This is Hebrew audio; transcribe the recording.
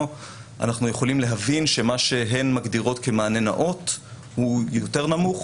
אנחנו יכולים להבין שמה שהן מגדירות כמענה נאות הוא יותר נמוך,